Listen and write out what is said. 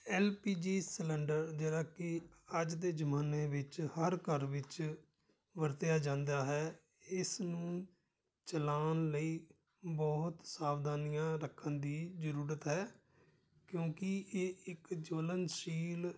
L P G cylinder ਜਿਹੜਾ ਕਿ ਅੱਜ ਦੇ ਜਮਾਨੇ ਵਿੱਚ ਹਰ ਘਰ ਵਿੱਚ ਵਰਤਿਆ ਜਾਂਦਾ ਹੈ ਇਸ ਨੂੰ ਚਲਾਉਣ ਲਈ ਬਹੁਤ ਸਾਵਧਾਨੀਆਂ ਰੱਖਣ ਦੀ ਜ਼ਰੂਰਤ ਹੈ ਕਿਉਂਕਿ ਇਹ ਇੱਕ ਜਲਣਸ਼ੀਲ